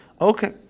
Okay